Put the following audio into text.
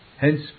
Hence